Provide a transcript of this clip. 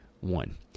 one